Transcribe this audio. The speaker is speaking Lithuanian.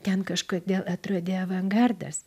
ten kažkodėl atrodė avangardas